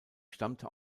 stammte